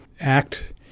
act